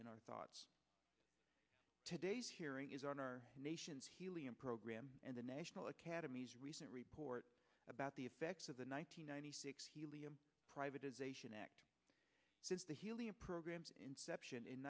in our thoughts today's hearing is on our nation's helium program and the national academies recent report about the effects of the one thousand nine hundred six helium privatization act since the helium programs inception in